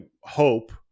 hope